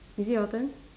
is it your turn